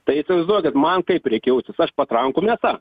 tai įsivaizduokit man kaip reik jaustis patrankų mėsa